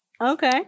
Okay